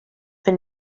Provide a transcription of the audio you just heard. been